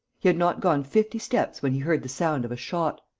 he had not gone fifty steps when he heard the sound of a shot.